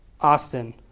Austin